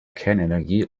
kernenergie